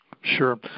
Sure